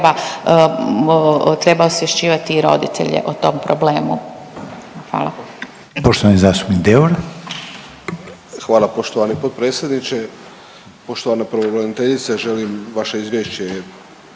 treba osvješćivati i roditelje o tom problemu. Hvala.